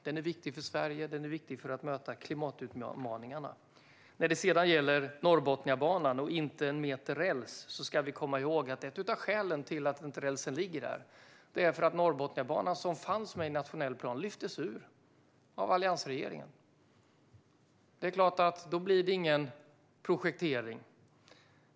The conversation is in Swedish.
Den är viktig för Sverige, och den är viktig för att möta klimatutmaningarna. När det gäller Norrbotniabanan och inte en meter räls ska vi komma ihåg att ett av skälen till att rälsen inte ligger där är att Norrbotniabanan, som fanns med i en nationell plan, lyftes ut av alliansregeringen. Det är klart att det då inte blir någon projektering.